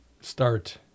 start